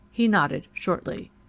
he nodded shortly.